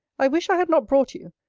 i wish i had not brought you!